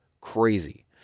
crazy